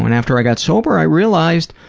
and after i got sober, i realized,